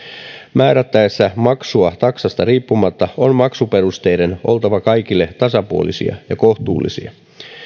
määrättäessä maksua taksasta riippumatta on maksuperusteiden oltava kaikille tasapuolisia ja kohtuullisia